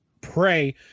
pray